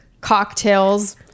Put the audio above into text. cocktails